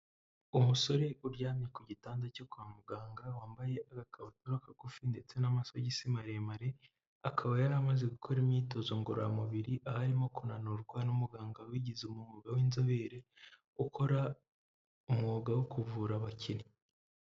Umusore uryamye ku gitanda cyo kwa muganga, wambaye agakabutura kagufi ndetse n'amasogisi maremare, akaba yari amaze gukora imyitozo ngororamubiri, aho arimo kunanurwa n'umuganga wabigize umwuga w'inzobere, ukora umwuga wo kuvura abakinnyi.